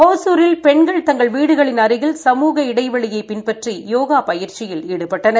ஒசூரில் பெண்கள் தங்கள் வீடுகளின் அருகில் சமூக இடைவெளியை பின்பற்றி யோகா பயிற்சியில் ஈடுபட்டனர்